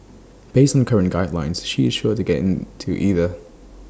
based on current guidelines she is sure to get to either